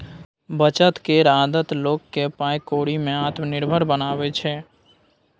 बचत केर आदत लोक केँ पाइ कौड़ी में आत्मनिर्भर बनाबै छै